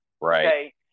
Right